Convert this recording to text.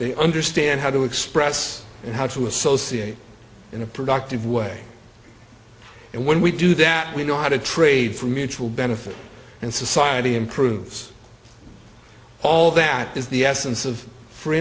they understand how to express and how to associate in a productive way and when we do that we know how to trade for mutual benefit and society improves all that is the essence of free